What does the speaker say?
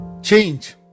Change